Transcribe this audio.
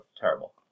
terrible